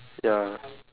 ya